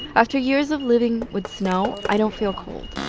after years of living with snow, i don't feel cold,